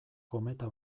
kometa